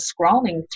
scrolling